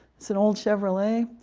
it's an old chevrolet,